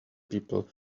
people